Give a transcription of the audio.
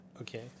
okay